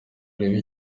urebe